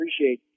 appreciate